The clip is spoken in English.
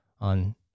on